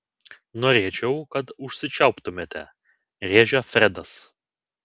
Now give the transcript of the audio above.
norėčiau kad užsičiauptumėte rėžia fredas